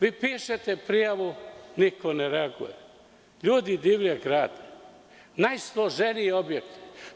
Vi pišete prijavu, niko ne reaguje, ljudi divlje grade najsloženije objekte.